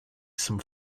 some